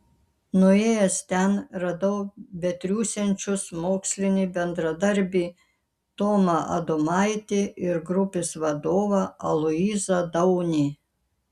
nuėjęs ten radau betriūsiančius mokslinį bendradarbį tomą adomaitį ir grupės vadovą aloyzą daunį